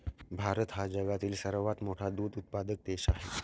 भारत हा जगातील सर्वात मोठा दूध उत्पादक देश आहे